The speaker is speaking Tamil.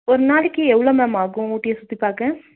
ஒரு நாளைக்கு எவ்வளவோ மேம் ஆகும் ஊட்டியை சுற்றி பார்க்க